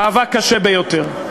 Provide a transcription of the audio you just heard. מאבק קשה ביותר.